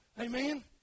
Amen